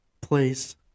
place